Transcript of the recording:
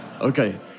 okay